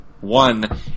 One